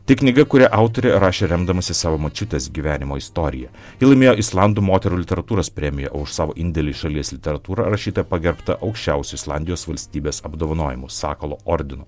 tai knyga kurią autorė rašė remdamasi savo močiutės gyvenimo istorija ji laimėjo islandų moterų literatūros premiją o už savo indėlį į šalies literatūrą rašytoja pagerbta aukščiausiu islandijos valstybės apdovanojimu sakalo ordinu